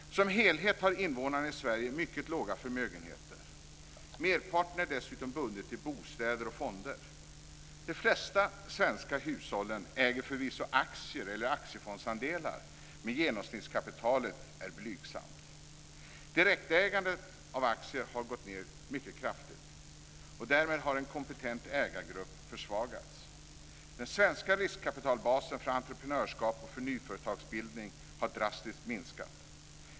Som helhet har invånarna i Sverige mycket låga förmögenheter. Merparten är dessutom bundet i bostäder och fonder. De flesta svenska hushåll äger förvisso aktier eller aktiefondandelar, men genomsnittskapitalet är blygsamt. Direktägandet av aktier har minskat mycket kraftigt. Därmed har en kompetent ägargrupp försvagats. Den svenska riskkapitalbasen för entreprenörskap och för nyföretagsbildning har drastiskt minskat.